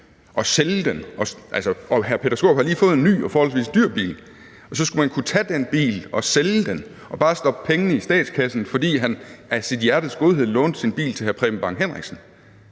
man kunne tage hr. Peter Skaarups bil, som er en ny og forholdsvis dyr bil, og sælge den og bare stoppe pengene i statskassen, fordi han af sit hjertes godhed lånte sin bil til hr. Preben Bang Henriksen.